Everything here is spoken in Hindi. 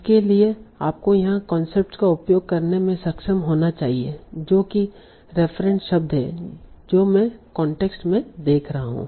उसके लिए आपको यहाँ कांटेक्स्ट का उपयोग करने में सक्षम होना चाहिए जो कि रेफरेंट शब्द हैं जो मैं कांटेक्स्ट में देख रहा हूं